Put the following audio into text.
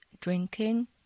drinking